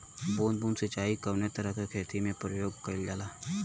बूंद बूंद सिंचाई कवने तरह के खेती में प्रयोग कइलजाला?